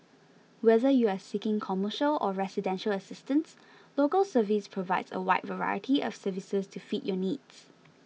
whether you are seeking commercial or residential assistance Local Service provides a wide variety of services to fit your needs